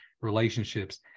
relationships